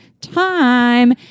time